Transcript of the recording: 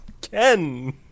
Ken